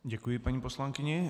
Děkuji paní poslankyni.